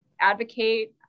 advocate